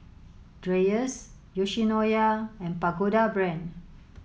Dreyers Yoshinoya and Pagoda Brand